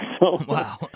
Wow